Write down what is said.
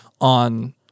on